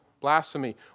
Blasphemy